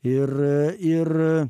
ir ir